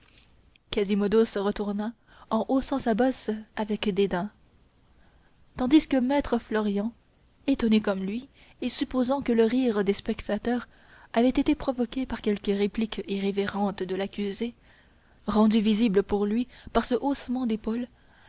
quasimodo se retourna en haussant sa bosse avec dédain tandis que maître florian étonné comme lui et supposant que le rire des spectateurs avait été provoqué par quelque réplique irrévérente de l'accusé rendue visible pour lui par ce haussement d'épaules